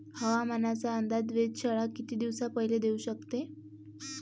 हवामानाचा अंदाज वेधशाळा किती दिवसा पयले देऊ शकते?